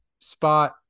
spot